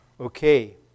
Okay